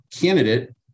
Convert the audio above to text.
candidate